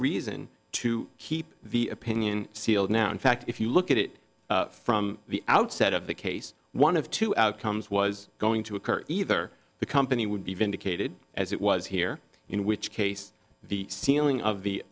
reason to keep the opinion sealed now in fact if you look at it from the outset of the case one of two outcomes was going to occur either the company would be vindicated as it was here in which case the ceiling of the